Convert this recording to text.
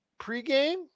pregame